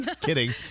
Kidding